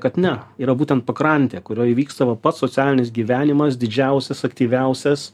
kad ne yra būtent pakrantė kurioj vyksta va pats socialinis gyvenimas didžiausias aktyviausias